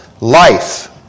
life